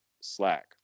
slack